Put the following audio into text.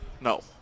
No